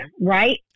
right